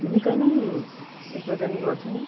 निकै नै उत्पादन गर्छौँ